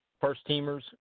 first-teamers